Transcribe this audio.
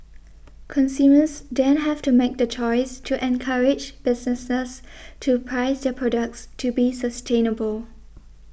consumers then have to make the choice to encourage businesses to price their products to be sustainable